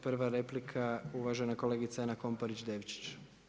Prva replika uvažena kolegica Ana Komparić-Devčić.